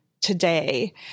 today